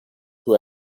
who